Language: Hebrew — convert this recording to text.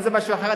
אם זה משהו אחר,